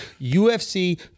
UFC